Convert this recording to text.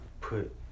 put